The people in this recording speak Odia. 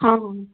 ହଁ ହଁ